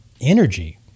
energy